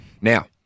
Now